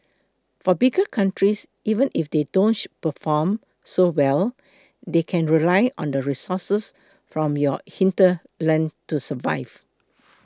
for bigger countries even if they don't perform so well they can rely on the resources from your hinterland to survive